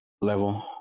level